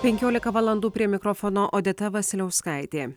penkiolika valandų prie mikrofono odeta vasiliauskaitė